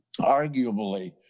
arguably